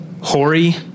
hoary